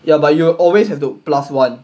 ya but you will always have to plus one